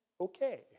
Okay